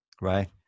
right